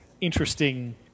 interesting